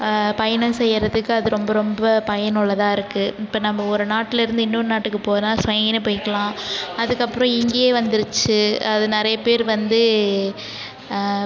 பயணம் செய்யறதுக்கு அது ரொம்ப ரொம்ப பயனுள்ளதாகருக்கு இப்போ நம்ப ஒரு நாட்லருந்து இன்னொன்னு நாட்டுக்கு போனால் ஸ்வைன்னு போய்க்குலாம் அதற்கப்பறோம் இங்கேயே வந்துருச்சு அது நிறைய பேர் வந்து